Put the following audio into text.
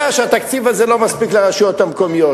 שהתקציב הזה לא מספיק לרשויות המקומיות.